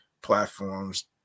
platforms